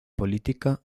política